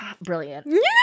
brilliant